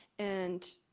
and